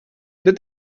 that